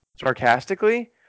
sarcastically